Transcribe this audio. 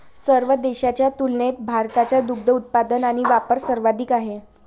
सर्व देशांच्या तुलनेत भारताचा दुग्ध उत्पादन आणि वापर सर्वाधिक आहे